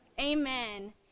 Amen